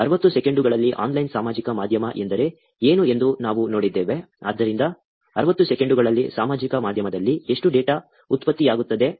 60 ಸೆಕೆಂಡುಗಳಲ್ಲಿ ಆನ್ಲೈನ್ ಸಾಮಾಜಿಕ ಮಾಧ್ಯಮ ಎಂದರೆ ಏನು ಎಂದು ನಾವು ನೋಡಿದ್ದೇವೆ ಆದ್ದರಿಂದ 60 ಸೆಕೆಂಡುಗಳಲ್ಲಿ ಸಾಮಾಜಿಕ ಮಾಧ್ಯಮದಲ್ಲಿ ಎಷ್ಟು ಡೇಟಾ ಉತ್ಪತ್ತಿಯಾಗುತ್ತದೆ